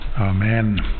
Amen